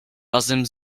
razem